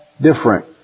different